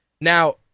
Now